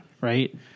Right